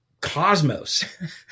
cosmos